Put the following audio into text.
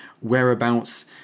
whereabouts